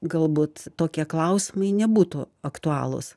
galbūt tokie klausimai nebūtų aktualūs